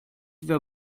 wer